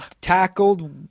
tackled